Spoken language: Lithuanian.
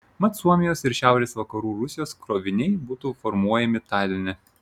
mat suomijos ir šiaurės vakarų rusijos kroviniai būtų formuojami taline